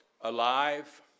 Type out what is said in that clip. alive